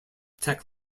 tech